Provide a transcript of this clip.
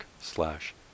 slash